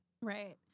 right